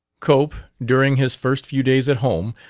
cope, during his first few days at home,